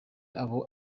abo